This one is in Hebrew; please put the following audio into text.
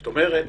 זאת אומרת,